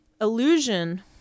illusion